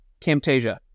Camtasia